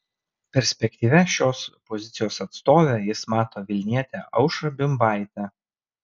perspektyvia šios pozicijos atstove jis mato vilnietę aušrą bimbaitę